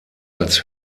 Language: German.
als